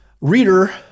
Reader